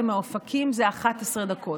ומאופקים זה 11 דקות.